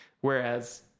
Whereas